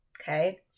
okay